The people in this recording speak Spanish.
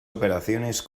operaciones